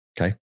Okay